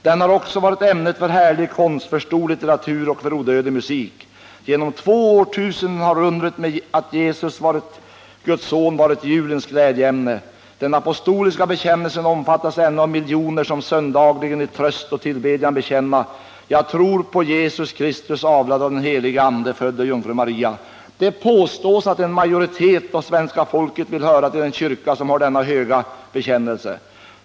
De har också varit ämnet för härlig konst, för stor litteratur och för odödlig musik. Genom två årtusenden har undret med Jesus, Guds Son, varit julens glädjeämne. Den apostoliska bekännelsen omfattas ännu av miljoner, som söndagligen i tröst och tillbedjan bekänner: Jag tror på Jesus Kristus, avlad av den helige Ande, född av jungfrun Maria. Det påstås att en majoritet av svenska folket vill höra till den kyrka som har denna höga bekännelse.